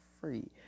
free